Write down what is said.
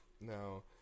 No